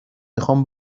میخام